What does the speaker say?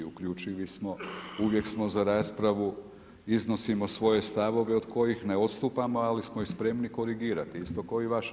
Uključivi smo, uvijek smo za raspravu, iznosimo svoje stavove od kojih ne odstupamo ali smo ih spremni korigirati isto ko i vaše.